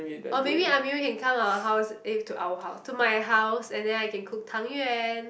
or maybe Amirul can come our house eh to our house to my house and then I can cook Tang-Yuan